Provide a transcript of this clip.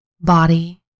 body